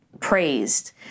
praised